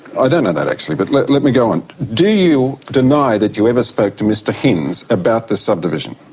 ah don't know that, actually, but let let me go on. do you deny that you ever spoke to mr hinze about this subdivision?